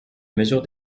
mesure